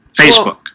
Facebook